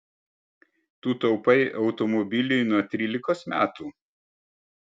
tu taupai automobiliui nuo trylikos metų